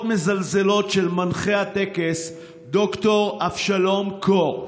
מזלזלות של מנחה הטקס ד"ר אבשלום קור.